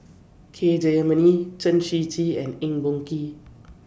K Jayamani Chen Shiji and Eng Boh Kee